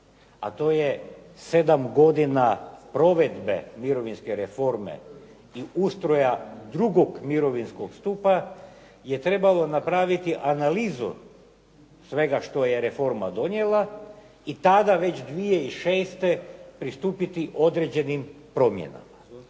a to je sedam godine provedbe mirovinske reforme i ustroja drugog mirovinskog stupa je trebalo napraviti analizu svega što je reforma donijela i tada već 2006. pristupiti određenim promjenama.